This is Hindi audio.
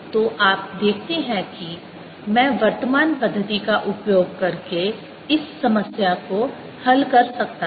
तो आप देखते हैं कि मैं वर्तमान पद्धति का उपयोग करके इस समस्या को हल कर सकता था